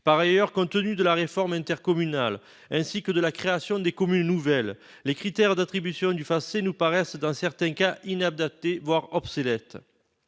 Par ailleurs, compte tenu de la réforme intercommunale et de la création de communes nouvelles, les critères d'attribution du FACÉ nous paraissent, dans certains cas, inadaptés, voire obsolètes.